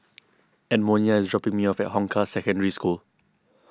Edmonia is dropping me off at Hong Kah Secondary School